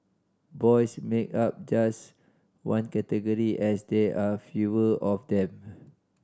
boys make up just one category as there are fewer of them